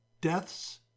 deaths